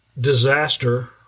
disaster